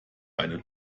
eine